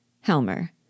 Helmer